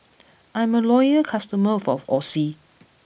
I'm a loyal customer of Oxy